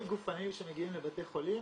נפגעים גופניים שמגיעים לבתי חולים,